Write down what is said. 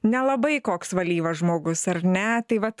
nelabai koks valyvas žmogus ar ne tai vat